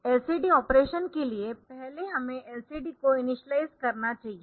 LCD operation के लिए पहले हमें LCD को इनिशियलाइज़ करना चाहिए